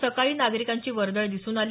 सकाळी नागरिकांची वर्दळ दिसून आली